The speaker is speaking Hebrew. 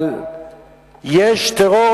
אבל יש טרור